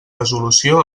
resolució